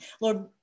Lord